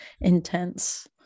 intense